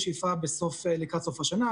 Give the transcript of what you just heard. בשאיפה לקראת סוף השנה,